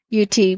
UT